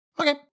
Okay